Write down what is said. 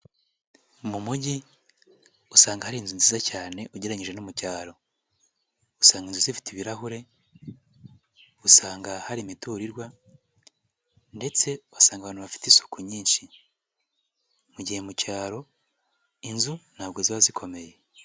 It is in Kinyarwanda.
Mu mujyi usanga hari inzu nziza cyane ugereranyije no mu cyaro, usanga inzu zifite ibirahure, usanga hari imiturirwa ndetse usanga abantu bafite isuku nyinshi, mugiye mu cyaro inzu ntabwo ziba zikomeye.